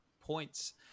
points